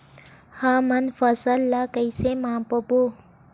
हमन फसल ला कइसे माप बो?